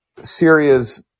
Syria's